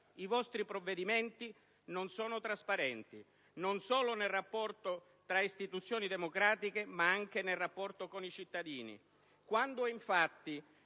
I vostri provvedimenti non sono trasparenti: non solo nel rapporto tra istituzioni democratiche, ma anche nel rapporto con i cittadini. Quando, infatti,